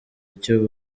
icyo